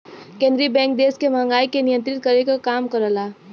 केंद्रीय बैंक देश में महंगाई के नियंत्रित करे क काम करला